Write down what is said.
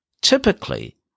typically